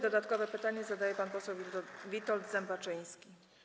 Dodatkowe pytanie zadaje pan poseł Witold Zembaczyński.